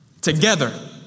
together